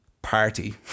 party